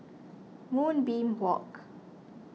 Moonbeam Walk